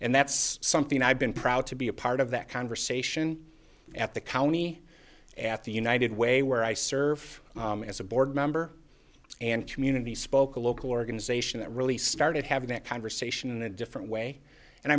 and that's something i've been proud to be a part of that conversation at the county at the united way where i serve as a board member and community spoke a local organization that really started having that conversation in a different way and